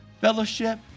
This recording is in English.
fellowship